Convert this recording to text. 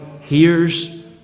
hears